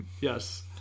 yes